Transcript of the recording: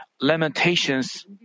lamentations